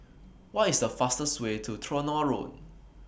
What IS The fastest Way to Tronoh Road